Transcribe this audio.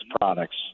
products